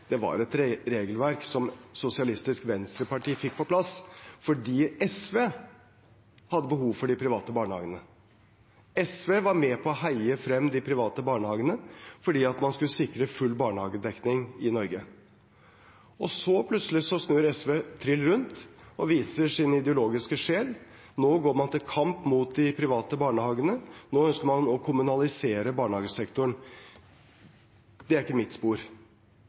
et regelverk som Sosialistisk Venstreparti fikk på plass fordi SV hadde behov for de private barnehagene. SV var med på å heie frem de private barnehagene fordi man skulle sikre full barnehagedekning i Norge. Så snur plutselig SV trill rundt og viser sin ideologiske sjel: Nå går man til kamp mot de private barnehagene, nå ønsker man å kommunalisere barnehagesektoren. Det er ikke mitt spor.